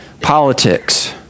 politics